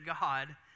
God